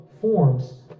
forms